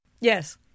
Yes